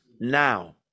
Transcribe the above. now